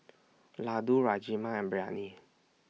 Ladoo Rajma and Biryani